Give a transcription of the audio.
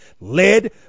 led